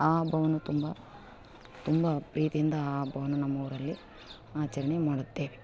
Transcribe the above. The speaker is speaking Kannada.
ಆ ಹಬ್ಬವನ್ನು ತುಂಬ ತುಂಬ ಪ್ರೀತಿಯಿಂದ ಆ ಹಬ್ಬವನ್ನು ನಮ್ಮ ಊರಲ್ಲಿ ಆಚರಣೆ ಮಾಡುತ್ತೇವೆ